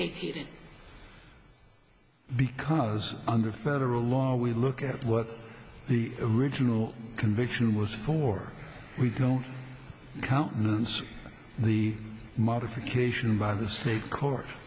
vacated because under federal law we look at what the original conviction was for we don't countenance the modification by the state court